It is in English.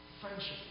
friendship